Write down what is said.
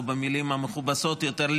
או במילים המכובסות יותר,